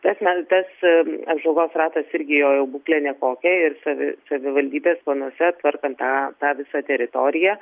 tas mentas apžvalgos ratas irgi jo būklė nekokia ir savi savivaldybės planuose tvarkant tą tą visą teritoriją